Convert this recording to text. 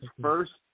first